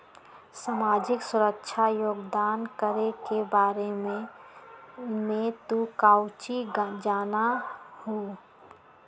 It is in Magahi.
सामाजिक सुरक्षा योगदान करे के बारे में तू काउची जाना हुँ?